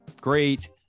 great